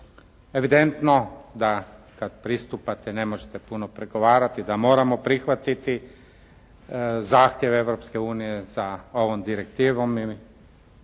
Evidentno da kad pristupate, ne možete puno pregovarati da moramo prihvatiti zahtjev Europske unije za ovom direktivom